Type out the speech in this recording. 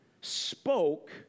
spoke